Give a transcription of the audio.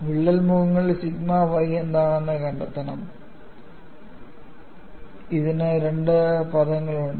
വിള്ളൽ മുഖങ്ങളിൽ sigma y എന്താണെന്ന് കണ്ടെത്തണം ഇതിന് രണ്ട് പദങ്ങളുണ്ട്